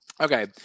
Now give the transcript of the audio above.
Okay